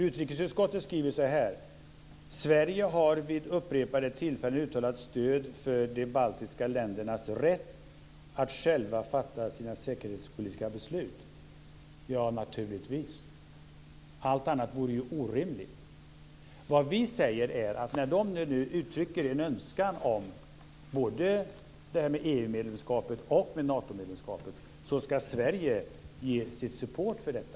Utrikesutskottet skriver så här: "Sverige har vid upprepade tillfällen uttalat stöd för de baltiska länderna rätt att själva fatta sina säkerhetspolitiska beslut." Ja, naturligtvis - allt annat vore ju orimligt. Vad vi säger är att när de nu uttrycker en önskan om både EU-medlemskap och Natomedlemskap skall Sverige ge sin support för detta.